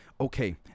Okay